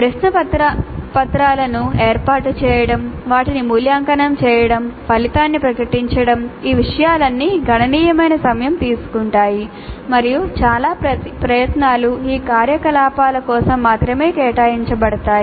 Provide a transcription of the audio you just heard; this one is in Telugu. ప్రశ్నపత్రాలను ఏర్పాటు చేయడం వాటిని మూల్యాంకనం చేయడం ఫలితాన్ని ప్రకటించడం ఈ విషయాలన్నీ గణనీయమైన సమయం తీసుకుంటాయి మరియు చాలా ప్రయత్నాలు ఈ కార్యకలాపాల కోసం మాత్రమే కేటాయించబడతాయి